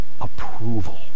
approval